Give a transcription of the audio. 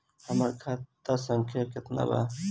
हमरा खाता संख्या केतना बा?